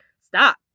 stop